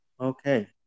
Okay